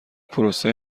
پروسه